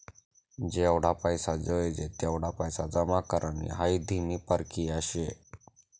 जेवढा पैसा जोयजे तेवढा पैसा जमा करानी हाई धीमी परकिया शे